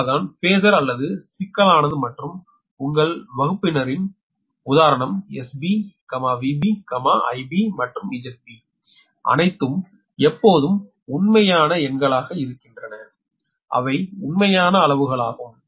அதனால்தான் பேஸர் அல்லது சிக்கலானது மற்றும் உங்கள் வகுப்பினரின் உதாரணம் 𝑺𝑩 𝑽𝑩 𝑰𝑩 மற்றும் 𝒁𝑩 அனைத்தும் எப்போதும் உண்மையான எண்களாக இருக்கின்றன அவை உண்மையான அளவுகளாகும்